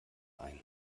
ein